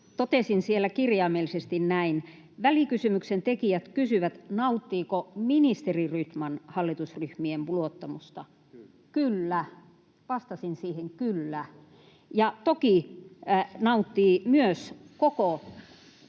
Totesin kirjaimellisesti näin: ”Välikysymyksen tekijät kysyvät, nauttiiko ministeri Rydman hallitusryhmien luottamusta.” Vastasin siihen ”kyllä”, ja toki nauttii myös koko